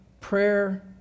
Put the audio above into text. prayer